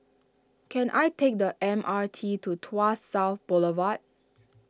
can I take the M R T to Tuas South Boulevard